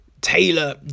Taylor